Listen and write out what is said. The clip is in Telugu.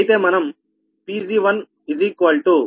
అయితే మనం Pg1 161